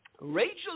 Rachel